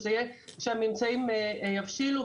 שזה יהיה כשהממצאים יבשילו.